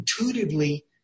intuitively